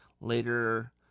later